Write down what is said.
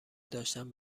داشتن